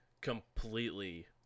completely